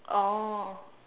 oh